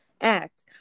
act